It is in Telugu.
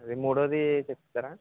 ఇది మూడోది చెప్తారా